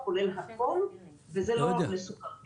אני עוד לא יודע איך הם יפעלו.